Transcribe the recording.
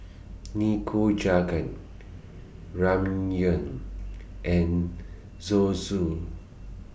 Nikujaga Ramyeon and Zosui